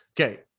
Okay